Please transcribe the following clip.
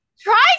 Try